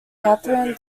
katherine